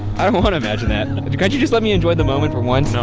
i don't wanna imagine that, can't you just let me enjoy the moment for once? no.